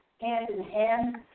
hand-in-hand